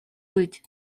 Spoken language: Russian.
быть